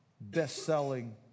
best-selling